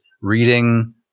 reading